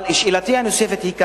שאלתי הנוספת היא כזאת: